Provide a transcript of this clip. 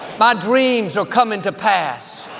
my dreams are coming to pass.